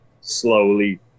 slowly